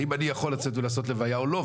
האם אני יכול לצאת ולעשות לוויה או לא?